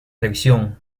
revisión